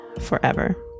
forever